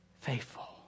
faithful